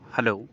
hello